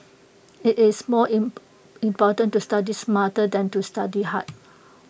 IT is more important to study smart than to study hard